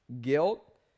guilt